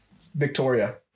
Victoria